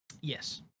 yes